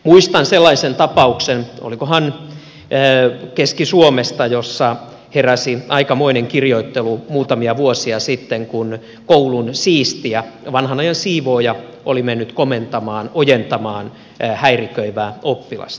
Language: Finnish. muistan sellaisen tapauksen olikohan keski suomesta jossa heräsi aikamoinen kirjoittelu muutamia vuosia sitten kun koulun siistijä vanhan ajan siivooja oli mennyt komentamaan ojentamaan häiriköivää oppilasta